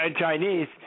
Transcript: Chinese